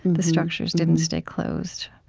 the structures didn't stay closed